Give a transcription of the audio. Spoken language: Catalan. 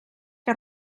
que